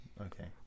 Okay